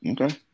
Okay